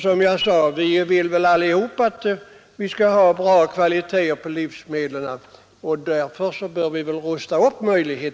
Som jag tidigare sade vill vi alla ha bra kvalitet på våra livsmedel, och då bör vi väl också göra upprustningar.